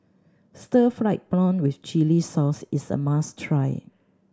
stir fried prawn with chili sauce is a must try